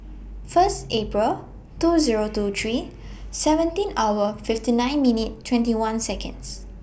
First April two Zero two three seventeen hour fifty nine minute twenty one Seconds